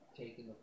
taking